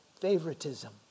favoritism